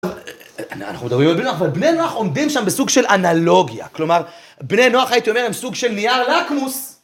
אנחנו מדברים על בני נוח, אבל בני נוח עומדים שם בסוג של אנלוגיה. כלומר, בני נוח, הייתי אומר, הם סוג של נייר לקמוס.